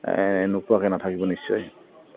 এনেকুৱাকে নাথাকিব নিশ্চয়